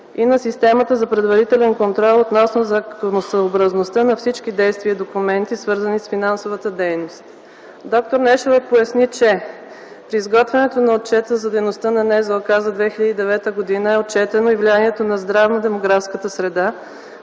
и на системата за предварителен контрол относно законосъобразността на всички действия и документи, свързани с финансовата дейност. Доктор Нешева поясни, че при изготвянето на отчета за дейността на Националната здравноосигурителна каса за 2009 г. е отчетено и влиянието на здравно-демографската среда